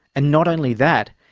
and not only that,